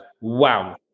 wow